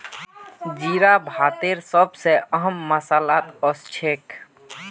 जीरा भारतेर सब स अहम मसालात ओसछेख